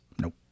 Nope